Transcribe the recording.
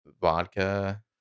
vodka